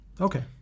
Okay